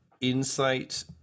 Insight